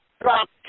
dropped